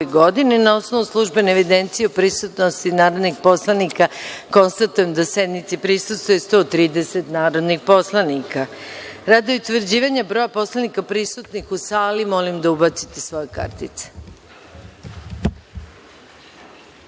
godini. Na osnovu službene evidencije o prisutnosti narodnih poslanika, konstatujem da sednici prisustvuje 130 narodnih poslanika. Radi utvrđivanja broja narodnih poslanika prisutnih u sali, molim da ubacite svoje kartice